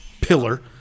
pillar